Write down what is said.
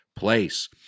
place